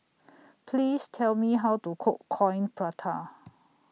Please Tell Me How to Cook Coin Prata